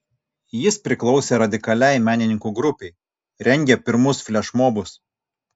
jis priklausė radikaliai menininkų grupei rengė pirmus flešmobus